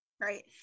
right